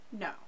No